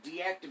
deactivate